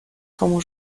como